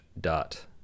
dot